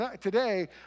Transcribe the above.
today